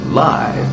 live